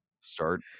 Start